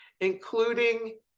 including